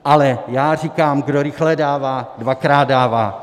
Ale já říkám, kdo rychle dává, dvakrát dává.